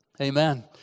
Amen